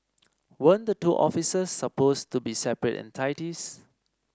weren't the two offices supposed to be separate entities